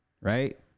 right